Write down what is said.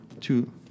Two